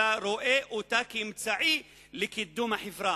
אלא רואה אותה כאמצעי לקידום החברה.